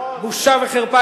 בושה וחרפה.